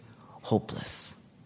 hopeless